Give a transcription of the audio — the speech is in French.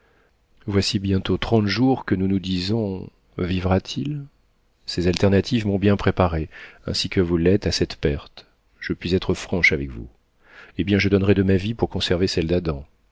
voici bientôt trente jours que nous nous disons vivra t il ces alternatives m'ont bien préparée ainsi que vous l'êtes à cette perte je puis être franche avec vous eh bien je donnerais de ma vie pour conserver celle d'adam